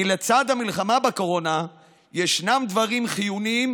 כי לצד המלחמה בקורונה ישנם דברים חיוניים